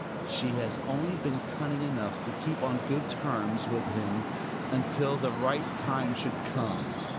she has only been cunning enough to keep on good terms with him until the right time should come.